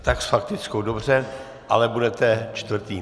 Tak s faktickou, dobře, ale budete čtvrtý.